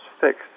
fixed